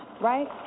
right